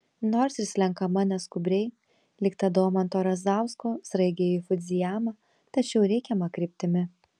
nors ir slenkama neskubriai lyg ta domanto razausko sraigė į fudzijamą tačiau reikiama kryptimi